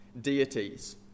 deities